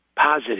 positive